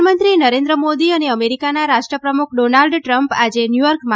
પ્રધાનમંત્રી નરેન્દ્ર મોદી અને અમેરિકાના રાષ્ટ્ર પ્રમુખ ડોનાલ્ડ ટ્રમ્પ આજે ન્યૂચોર્કમાં